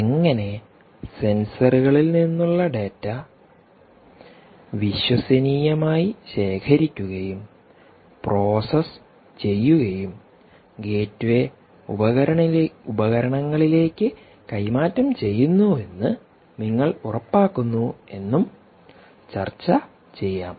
എങ്ങനെ സെൻസറുകളിൽ നിന്നുള്ള ഡാറ്റ വിശ്വസനീയമായി ശേഖരിക്കുകയും പ്രോസസ്സ് ചെയ്യുകയും ഗേറ്റ്വേ ഉപകരണങ്ങളിലേക്ക് കൈമാറ്റം ചെയ്യുന്നുവെന്ന് നിങ്ങൾ ഉറപ്പാക്കുന്നു എന്നും ചർച്ച ചെയ്യാം